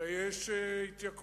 הרי יש התייקרויות,